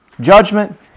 judgment